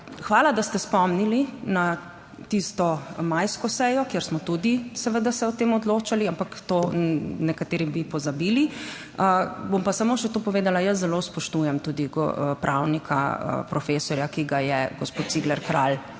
Hvala, da ste spomnili na tisto majsko sejo, kjer smo tudi seveda se o tem odločali, ampak to nekateri bi pozabili. Bom pa samo še to povedala, jaz zelo spoštujem tudi pravnika, profesorja, ki ga je gospod Cigler Kralj